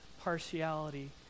partiality